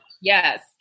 Yes